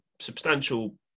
substantial